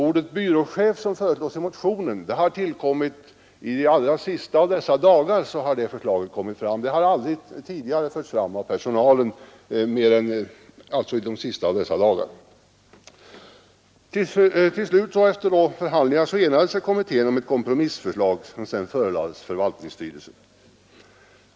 Ordet byråchef, som föreslås i motionen, har aldrig tidigare förts fram av personalen i det förberedande arbetet, utan det har tillkommit under de allra sista av dessa dagar. Utredningen enades till slut om ett komprom förelades förvaltningsstyrelsen.